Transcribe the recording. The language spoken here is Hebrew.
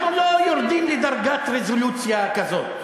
אנחנו לא יורדים לדרגת רזולוציה כזאת.